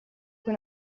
cui